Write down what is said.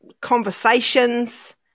conversations